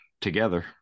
together